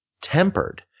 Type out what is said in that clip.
tempered